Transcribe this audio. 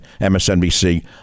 MSNBC